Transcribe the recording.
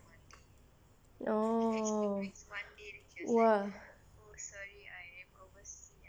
oh !wah!